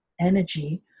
energy